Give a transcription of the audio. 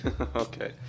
okay